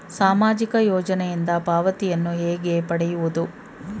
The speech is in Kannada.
ಸಾಮಾಜಿಕ ಯೋಜನೆಯಿಂದ ಪಾವತಿಯನ್ನು ಹೇಗೆ ಪಡೆಯುವುದು?